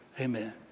Amen